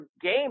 game